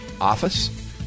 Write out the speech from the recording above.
office